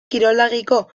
kiroldegiko